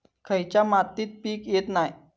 खयच्या मातीत पीक येत नाय?